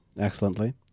excellently